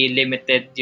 limited